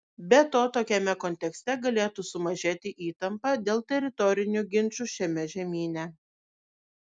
be to tokiame kontekste galėtų sumažėti įtampa dėl teritorinių ginčų šiame žemyne